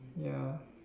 ya